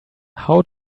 how